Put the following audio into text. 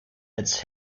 its